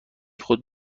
خود